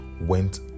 went